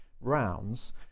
rounds